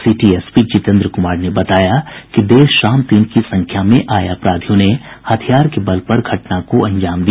city SP Jitendra Kumar ने बताया कि देर शाम तीन की संख्या में आये अपराधियों ने हथियार के बल पर घटना को अंजाम दिया